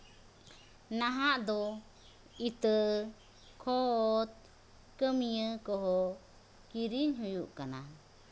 ᱱᱟᱦᱟᱜ ᱫᱚ ᱤᱛᱟᱹ ᱠᱷᱚᱫ ᱠᱟᱹᱢᱤᱭᱟᱹ ᱠᱚᱦᱚᱸ ᱠᱤᱨᱤᱧ ᱦᱩᱭᱩᱜ ᱠᱟᱱᱟ